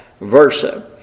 versa